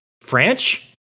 French